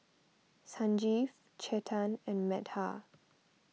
Sanjeev Chetan and Medha